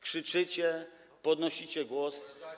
Krzyczycie, podnosicie głos.